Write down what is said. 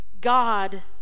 God